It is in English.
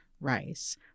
rice